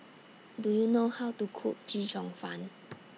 Do YOU know How to Cook Chee Cheong Fun